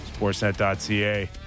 Sportsnet.ca